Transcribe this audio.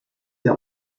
der